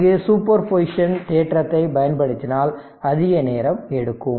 இங்கு superposition தேற்றத்தை பயன்படுத்தினால் அதிக நேரம் எடுக்கும்